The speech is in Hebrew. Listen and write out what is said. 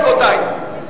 רבותי,